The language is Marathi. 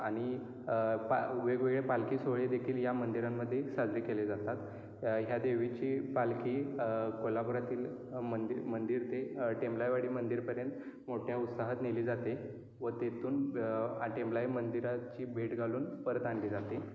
आणि पा वेगवेगळ्या पालखी सोहळेदेखील या मंदिरामध्ये साजरी केले जातात ह्या देवीची पालखी कोल्हापुरातील मंदिर मंदिर ते टेम्बलाईवाडी मंदिरपर्यंत मोठ्या उत्साहात नेली जाते व तेथून टेम्बलाई मंदिराची भेट घालून परत आणली जाते